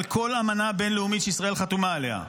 כל אמנה בין-לאומית שישראל חתומה עליה.